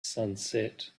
sunset